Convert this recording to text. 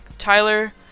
Tyler